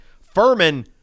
Furman